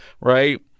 right